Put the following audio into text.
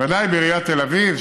בוודאי בעיריית תל אביב,